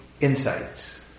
insights